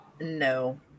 No